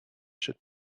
should